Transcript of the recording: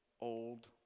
old